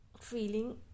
feeling